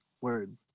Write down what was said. Word